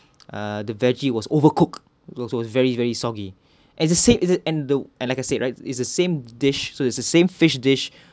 uh the veggie was overcook because it was very very soggy as I said and the like I said right is the same dish so it's the same fish dish